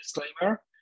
disclaimer